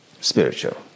spiritual